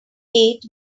eight